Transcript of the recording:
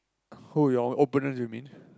who your opponents you mean